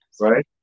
right